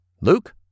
Luke